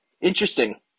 Interesting